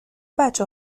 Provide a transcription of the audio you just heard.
بچه